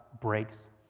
breaks